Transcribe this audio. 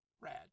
Rad